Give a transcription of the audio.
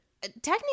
technically